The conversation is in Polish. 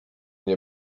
nie